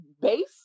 base